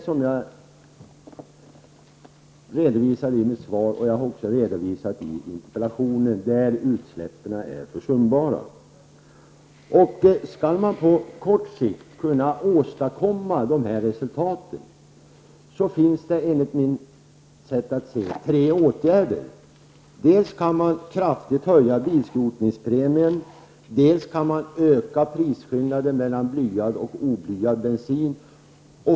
Som jag tidigare redovisat i bl.a. min interpellation blir då utsläppen försumbara. För att på sikt kunna åstadkomma resultat här är det, enligt min åsikt, tre åtgärder som är aktuella: För det första kan man kraftigt höja bilskrotningspremien. För det andra kan man öka prisskillnaden mellan blyad och oblyad bensin.